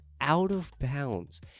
out-of-bounds